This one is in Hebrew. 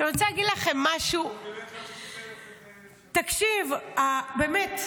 עכשיו אני רוצה להגיד לכם משהו: תקשיב, באמת,